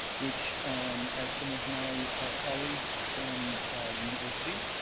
which are some of my colleagues from the university,